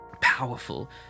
Powerful